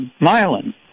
myelin